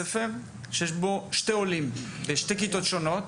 שיש בו שני עולים בשתי כיתות שונות,